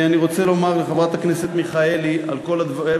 אני רוצה לומר לחברת הכנסת מיכאלי על כל הדברים,